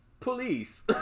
police